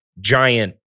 giant